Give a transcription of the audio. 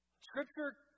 Scripture